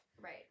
Right